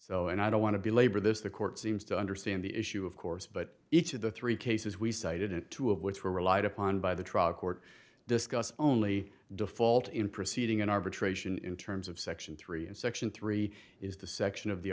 so and i don't want to belabor this the court seems to understand the issue of course but each of the three cases we cited and two of which were relied upon by the trial court discussed only default in proceeding in arbitration in terms of section three and section three is the section of the